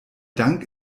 dank